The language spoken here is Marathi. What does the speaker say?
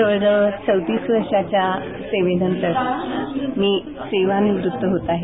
जवळ जवळ चवतीस वर्षांच्या सेवेनंतर मी सेवानिवृत्त होत आहे